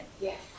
Yes